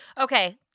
Okay